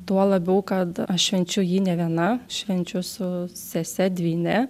tuo labiau kad aš švenčiu jį ne viena švenčiu su sese dvyne